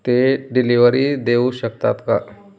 ते डिलिवरी देऊ शकतात का